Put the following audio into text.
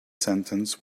sentence